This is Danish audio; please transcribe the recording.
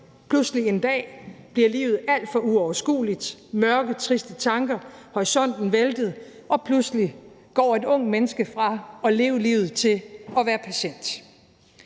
pludselig en dag bliver livet alt for uoverskueligt, de får mørke, triste tanker, horisonten vælter, og pludselig går et ungt menneske fra at leve livet til at være patient.